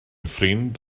ffrind